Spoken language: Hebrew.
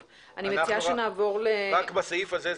רק בסעיף הזה,